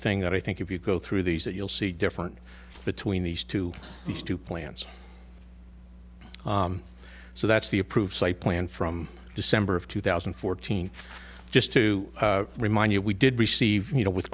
thing that i think if you go through these that you'll see different between these two these two plans so that's the approved site plan from december of two thousand and fourteen just to remind you we did receive you know with